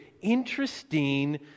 interesting